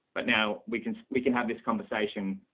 but now we can we can have this conversation.